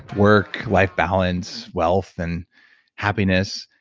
work, life balance, wealth and happiness,